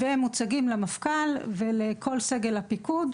הם מוצגים למפכ"ל ולכל סגל הפיקוד,